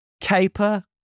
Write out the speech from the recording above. caper